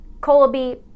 Colby